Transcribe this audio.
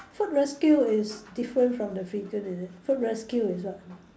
food rescue is different from the figure is it food rescue is what